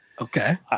okay